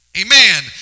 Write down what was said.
Amen